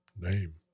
name